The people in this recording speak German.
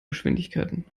geschwindigkeiten